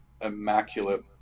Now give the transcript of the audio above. immaculate